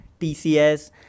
TCS